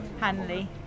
Hanley